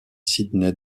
sydney